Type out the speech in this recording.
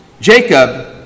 Jacob